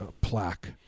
Plaque